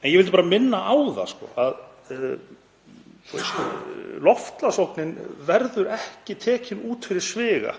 En ég vildi bara minna á að loftslagsógnin verður ekki tekin út fyrir sviga